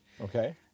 Okay